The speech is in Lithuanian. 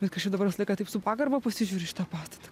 bet kažkaip dabar visą laiką taip su pagarba pasižiūriu į šitą pastatą